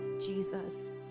Jesus